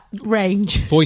Range